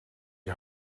die